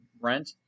Rent